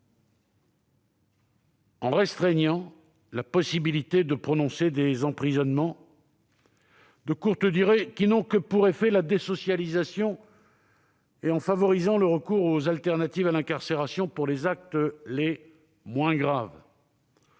en restreignant la possibilité de prononcer des emprisonnements de courte durée, qui n'ont que pour effet la désocialisation, et en favorisant le recours aux alternatives à l'incarcération pour les actes les moins graves.